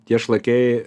tie šlakiai